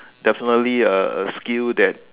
definitely a a skill that